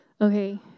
Okay